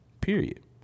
Period